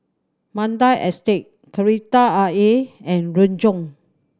Mandai Estate Kreta Ayer and Renjong